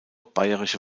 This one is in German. bayerische